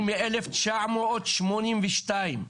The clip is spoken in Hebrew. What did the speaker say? אני מ-1982,